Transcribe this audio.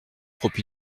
trop